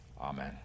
Amen